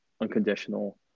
unconditional